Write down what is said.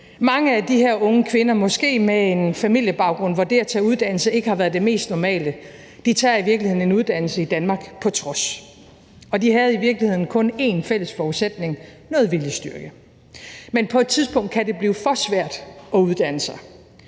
Mange af de her unge kvinder, måske med en familiebaggrund, hvor det at tage uddannelse ikke har været det mest normale, tager i virkeligheden en uddannelse i Danmark på trods, og de havde i virkeligheden kun én fælles forudsætning – noget viljestyrke. Men på et tidspunkt kan det blive for svært at uddanne sig,